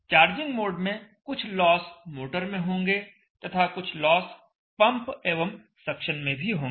charging mode में कुछ loss motor में होंगे तथा कुछ लॉस पंप एवं सक्शन में भी होंगे